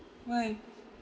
why